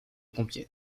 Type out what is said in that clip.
compiègne